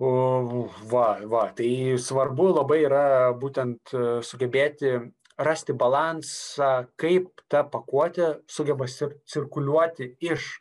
o va va tai svarbu labai yra būtent sugebėti rasti balansą kaip ta pakuotė sugeba cir cirkuliuoti iš